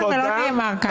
וזה לא נאמר ככה.